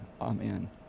Amen